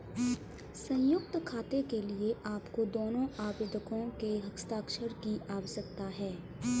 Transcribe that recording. संयुक्त खाते के लिए आपको दोनों आवेदकों के हस्ताक्षर की आवश्यकता है